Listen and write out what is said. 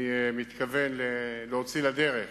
אני מתכוון להוציא לדרך